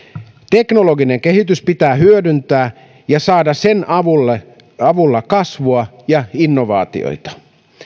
teknologinen kehitys pitää hyödyntää ja saada sen avulla avulla kasvua ja innovaatioita